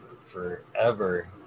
forever